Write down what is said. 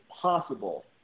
possible